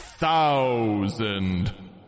thousand